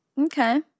Okay